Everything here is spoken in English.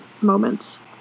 moments